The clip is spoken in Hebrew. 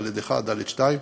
ד'1 וד'2,